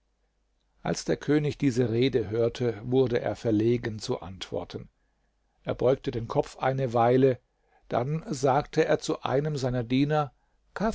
als der könig diese rede hörte wurde er verlegen zu antworten er beugte den kopf eine weile dann sagte er zu einem seiner diener